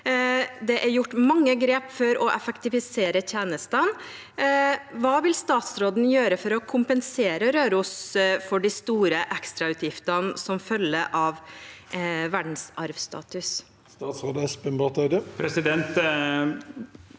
Det er gjort mange grep for å effektivisere tjenestene. Hva vil statsråden gjøre for å kompensere Røros for de store ekstrautgiftene som følge av verdensarvstatus?» Statsråd Espen Barth Eide